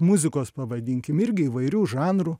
muzikos pavadinkim irgi įvairių žanrų